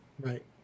right